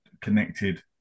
connected